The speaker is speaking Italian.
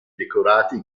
decorati